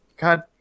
God